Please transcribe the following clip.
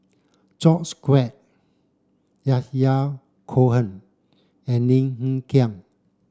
George Quek Yahya Cohen and Lim Hng Kiang